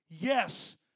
Yes